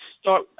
start